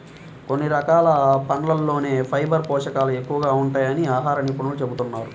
కొన్ని రకాల పండ్లల్లోనే ఫైబర్ పోషకాలు ఎక్కువగా ఉంటాయని ఆహార నిపుణులు చెబుతున్నారు